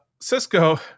Cisco